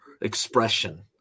expression